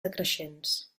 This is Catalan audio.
decreixents